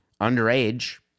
underage